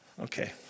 Okay